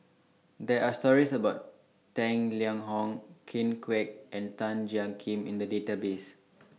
There Are stories about Tang Liang Hong Ken Kwek and Tan Jiak Kim in The Database